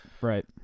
right